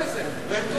והם טועים בזה.